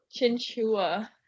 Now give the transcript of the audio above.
Chinchua